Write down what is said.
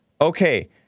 okay